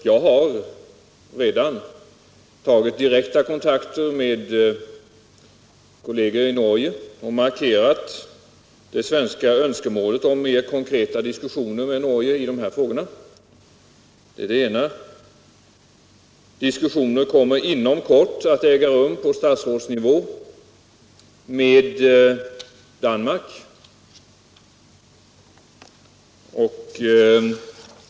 Jag har redan tagit direkta kontakter med kolleger i Norge och markerat det svenska önskemålet om mer konkreta diskussioner med Norge i de här frågorna. Diskussioner kommer inom kort att äga rum på statsrådsnivå med Danmark.